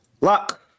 Lock